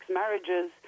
marriages